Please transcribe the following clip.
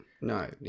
No